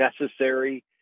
necessary